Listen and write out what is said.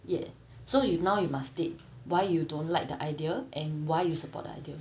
ya so you now you must state why you don't like the idea and why you support the idea